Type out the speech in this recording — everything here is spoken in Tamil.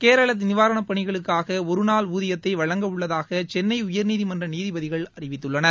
கேரள நிவாரணப்பணிகளுக்காக ஒருநாள் ஊதியத்தை வழங்கவுள்ளதாக சென்னை உயர்நீதிமன்ற நீதிபதிகள் அறிவித்துள்ளனர்